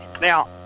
Now